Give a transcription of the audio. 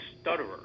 stutterer